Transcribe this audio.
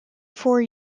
four